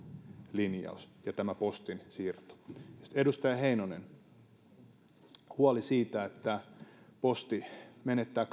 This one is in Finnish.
linjaus ja tämä postin siirto sitten edustaja heinosen huoli siitä että posti menettää